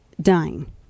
Dying